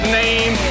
name